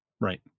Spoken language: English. Right